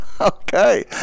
Okay